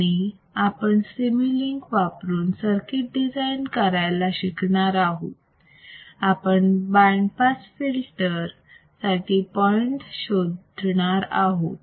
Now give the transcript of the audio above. आणि आपण सिमुलिंक वापरून सर्किट डिझाईन करायला शिकणार आहोत आपण पास बँड फिल्टर साठी पॉईंट शोधणार आहोत